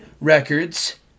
Records